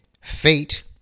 fate